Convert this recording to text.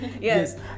Yes